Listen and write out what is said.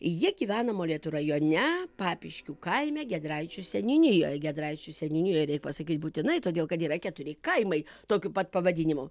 jie gyvena molėtų rajone papiškių kaime giedraičių seniūnijoj giedraičių seniūnijoj reik pasakyt būtinai todėl kad yra keturi kaimai tokiu pat pavadinimu